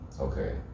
Okay